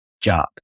job